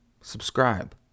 Subscribe